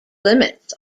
limits